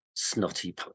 snotty